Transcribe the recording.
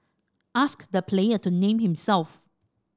ask the player to name himself